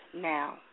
now